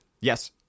Yes